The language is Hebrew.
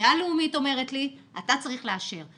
הספרייה הלאומית אומרת לי שאתה צריך לאשר.